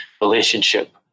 relationship